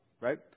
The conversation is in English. Right